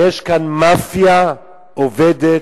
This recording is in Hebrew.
יש כאן מאפיה עובדת,